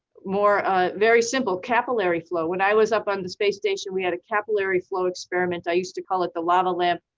very simple capillary flow. when i was up on the space station, we had a capillary flow experiment. i used to call it the lava lamp,